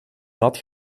dat